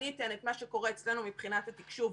אני אתן את מה שקורה אצלנו מבחינת התקשוב.